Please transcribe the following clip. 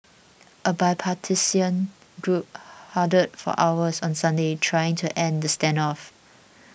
a bipartisan group huddled for hours on Sunday trying to end the standoff